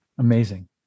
Amazing